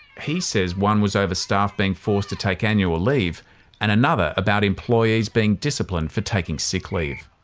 he says one was over staff being forced to take annual leave and another about employees being disciplined for taking sick leave.